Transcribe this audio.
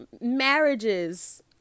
marriages